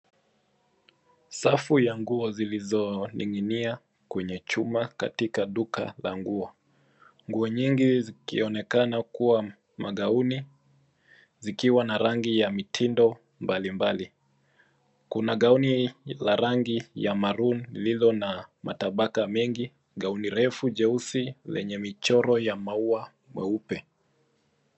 Safu ya nguo zilizo ninginia kwenye chuma katika duka la nguo, nguo nyingi zikionekana kuwa magauni zikiwa na rangi ya mitindo mbalimbali. Kuna gauni la rangi ya maroon lililo na matabaka mengi, gauni refu jeusi lenye michoro ya maua meupe.